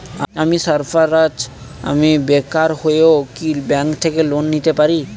আমি সার্ফারাজ, আমি বেকার হয়েও কি ব্যঙ্ক থেকে লোন নিতে পারি?